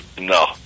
No